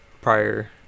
prior